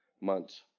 months